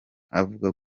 avuga